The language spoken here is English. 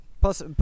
Plus